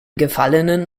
gefallenen